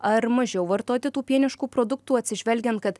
ar mažiau vartoti tų pieniškų produktų atsižvelgiant kad